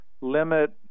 limit